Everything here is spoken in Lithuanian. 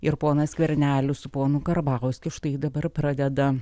ir ponas skvernelis su ponu karbauskiu štai dabar pradeda